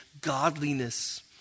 godliness